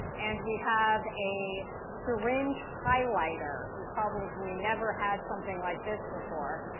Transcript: and we have a syringe highlighter. you probably never had something like this before.